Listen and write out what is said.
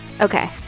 Okay